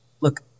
look